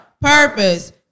Purpose